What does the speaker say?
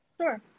sure